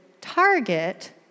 target